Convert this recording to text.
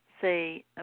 say